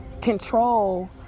control